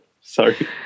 Sorry